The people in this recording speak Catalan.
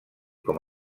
com